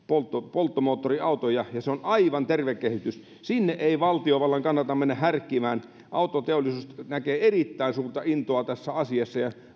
polttomoottoriautoja ja se on aivan terve kehitys sinne ei valtiovallan kannalta mennä härkkimään autoteollisuus näkee erittäin suurta intoa tässä asiassa ja